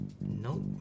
No